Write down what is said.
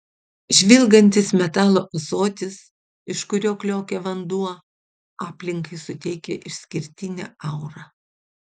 žvilgantis metalo ąsotis iš kurio kliokia vanduo aplinkai suteikia išskirtinę aurą